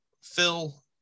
Phil